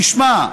בשמה: